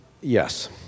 Yes